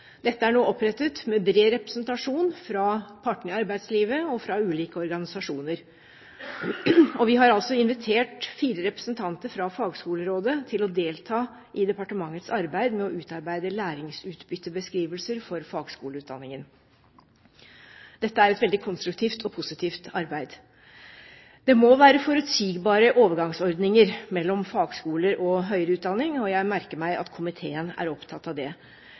Dette er nå opprettet med bred representasjon fra partene i arbeidslivet og fra ulike organisasjoner. Vi har invitert fire representanter fra Fagskolerådet til å delta i departementets arbeid med å utarbeide læringsutbyttebeskrivelser for fagskoleutdanningen. Dette er et veldig konstruktivt og positivt arbeid. Det må være forutsigbare overgangsordninger mellom fagskoler og høyere utdanning, og jeg merker meg at komiteen er opptatt av det.